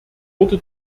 wurde